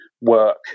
work